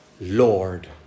Lord